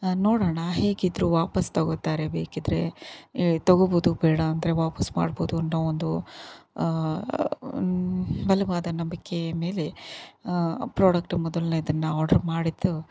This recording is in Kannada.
ನೋಡೋಣ ಹೇಗಿದ್ರೂ ವಾಪಸ್ಸು ತಗೋತಾರೆ ಬೇಕಿದ್ರೆ ತಗೋಬೋದು ಬೇಡ ಅಂದರೆ ವಾಪಸ್ಸು ಮಾಡ್ಬೋದು ಅನ್ನೋ ಒಂದು ಒನ್ ಬಲವಾದ ನಂಬಿಕೆಯ ಮೇಲೆ ಪ್ರಾಡಕ್ಟ್ ಮೊದಲ್ನೇದನ್ನು ಆಡ್ರ್ ಮಾಡಿದ್ದು